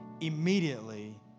Immediately